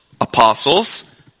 apostles